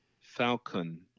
Falcon